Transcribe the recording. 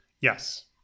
Yes